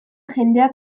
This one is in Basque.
jendeak